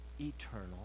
eternal